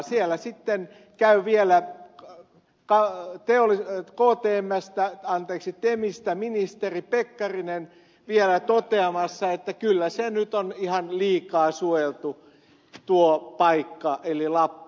siellä sitten käy vielä ole alle teollisen tuotteen meistä anteeksi temistä ministeri pekkarinen vielä toteamassa että kyllä se nyt on ihan liikaa suojeltu tuo paikka eli lappi